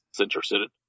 interested